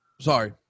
Sorry